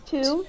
Two